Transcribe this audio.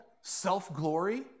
self-glory